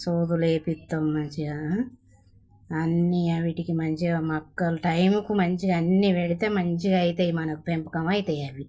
సూదులు వేపిస్తాము మంచిగా అన్ని అవి వాటికి మంచిగా మక్కలు టైంకు మంచిగా అన్ని పెడితే మంచిగ అవుతాయి మనకు పెంపకమ అవుతాయి అవి